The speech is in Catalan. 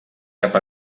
cap